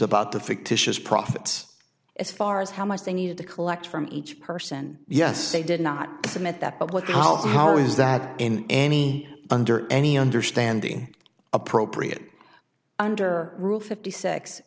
about the fictitious profits as far as how much they needed to collect from each person yes they did not submit that publicly how is that in any under any understanding appropriate under rule fifty six